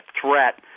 threat